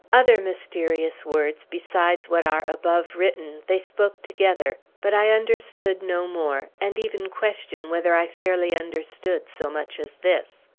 other mysterious words, besides what are above written, they spoke together but i understood no more, and even question whether i fairly understood so much as this.